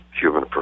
human